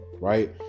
right